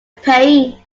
pain